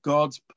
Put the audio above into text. God's